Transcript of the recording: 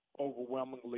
overwhelmingly